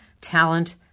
talent